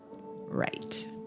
Right